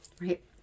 right